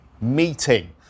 meeting